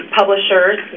publishers